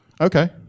okay